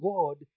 God